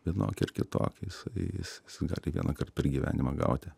vienokį ar kitokį isai is is gali vienąkart per gyvenimą gauti